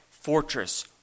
Fortress